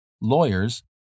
lawyers